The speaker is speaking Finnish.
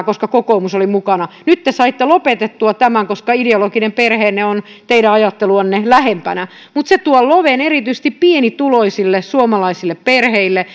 koska kokoomus oli mukana nyt te saitte lopetettua tämän koska ideologinen perheenne on teidän ajatteluanne lähempänä mutta se tuo loven erityisesti pienituloisille suomalaisille perheille